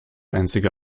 einzige